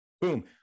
Boom